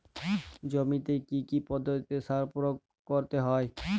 জমিতে কী কী পদ্ধতিতে সার প্রয়োগ করতে হয়?